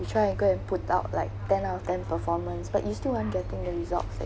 you tried and go and put out like ten out of ten performance but you still weren't getting the result that